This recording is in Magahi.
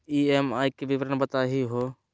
ई.एम.आई के विवरण बताही हो?